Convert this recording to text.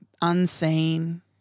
unseen